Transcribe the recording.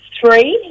three